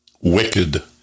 Wicked